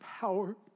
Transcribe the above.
power